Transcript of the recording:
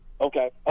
Okay